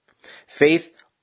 Faith